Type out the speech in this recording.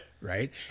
right